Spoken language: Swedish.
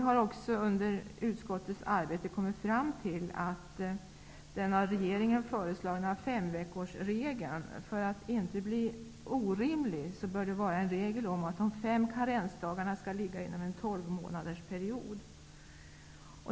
Vi har också under utskottets arbete kommit fram till en ändring av den av regeringen föreslagna femveckorsregeln. För att det inte skall bli orimligt bör det vara en regel om att de fem karensdagarna skall ligga inom en tolvmånadersperiod.